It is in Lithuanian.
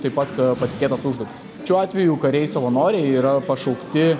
taip pat patikėtas užduotis šiuo atveju kariai savanoriai yra pašaukti